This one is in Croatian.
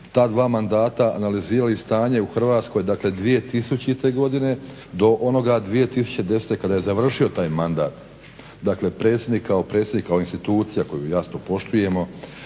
ta dva mandata analizirali stanje u Hrvatskoj dakle 2000. godine do onoga 2010. kada je završio taj mandat. Dakle, predsjednik kao predsjednik, kao institucija koju jasno poštujemo